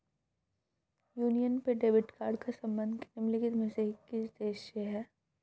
Union पे debit card का संबंध निम्नलिखित में से किस देश से है?